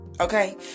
okay